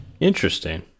Interesting